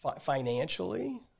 financially